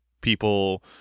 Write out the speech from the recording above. People